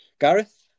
Gareth